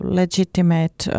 legitimate